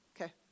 Okay